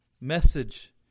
message